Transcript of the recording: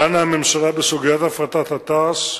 דנה הממשלה בסוגיית הפרטת תע"ש,